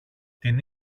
την